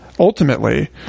Ultimately